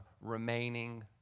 remaining